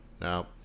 Now